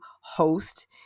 host